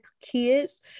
kids